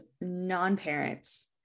non-parents